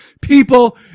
People